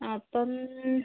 ആ അപ്പം